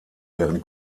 deren